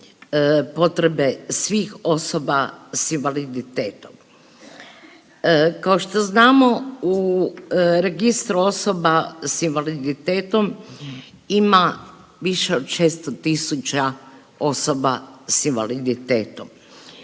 potrebe svih osoba s invaliditetom. Kao što znamo u Registru osoba s invaliditetom ima više od 600 tisuća osoba s invaliditetom.